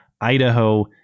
Idaho